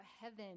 heaven